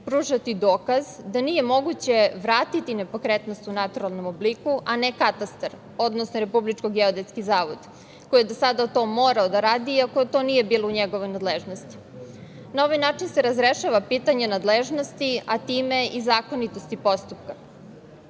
pružati dokaz da nije moguće vratiti nepokretnost u naturalnom obliku, a ne katastar, odnosno Republički geodetski zavod koji je do sada to morao da radi, iako to nije bilo u njegovoj nadležnosti. Na ovaj način se razrešava pitanje nadležnosti, a time i zakonitosti postupka. Ovde